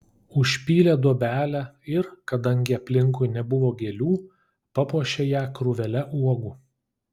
užpylė duobelę ir kadangi aplinkui nebuvo gėlių papuošė ją krūvele uogų